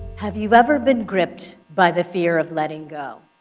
have you ever been gripped by the fear of letting go?